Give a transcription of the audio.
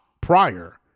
prior